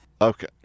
Okay